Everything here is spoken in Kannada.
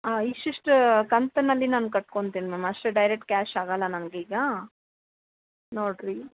ಹಾಂ ಇಷ್ಟು ಇಷ್ಟು ಕಂತಿನಲ್ಲಿ ನಾನು ಕಟ್ಕೊಂತಿನಿ ಮ್ಯಾಮ್ ಅಷ್ಟು ಡೈರೆಕ್ಟ್ ಕ್ಯಾಶ್ ಆಗೋಲ್ಲ ನನ್ಗೆ ಈಗ ನೋಡಿರಿ